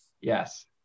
Yes